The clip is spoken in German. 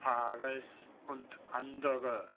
paris und andere